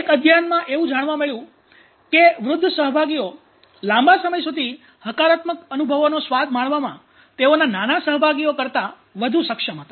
એક અધ્યયનમાં એવું જાણવા મળ્યું છે કે વૃદ્ધ સહભાગીઓ લાંબા સમય સુધી હકારાત્મક અનુભવોનો સ્વાદ માણવામાં તેઓના નાના સહભાગીઓ કરતાં વધુ સક્ષમ હતા